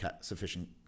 sufficient